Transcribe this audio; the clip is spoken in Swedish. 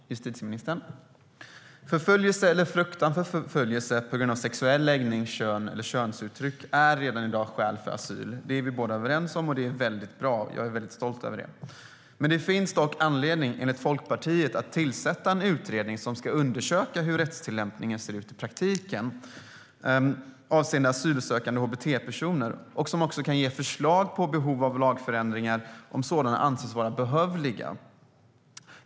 Fru talman och justitieministern! Förföljelse eller fruktan för förföljelse på grund av sexuell läggning, kön eller könsuttryck är redan i dag skäl för asyl. Det är justitieministern och jag överens om, och det är väldigt bra. Jag är stolt över det. Enligt Folkpartiet finns det dock anledning att tillsätta en utredning som ska undersöka hur rättstillämpningen ser ut i praktiken avseende asylsökande hbt-personer och även ge förslag på lagförändringar om sådana anses vara behövliga.